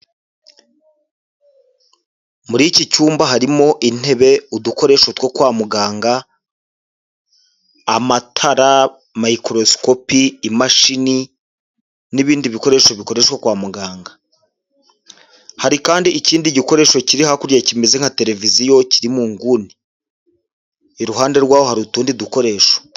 Muri iki cyumba harimo intebe udukoresho two kwa muganga amatara mikososikopi, imashini n'ibindi bikoresho bikoreshwa kwa muganga hari kandi ikindi gikoresho kiri hakurya kimeze nka televiziyo kiri mu nguni iruhande rwaho hari utundi dukoresho.